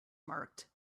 marked